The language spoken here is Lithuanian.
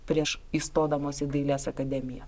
prieš įstodamos į dailės akademiją